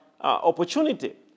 opportunity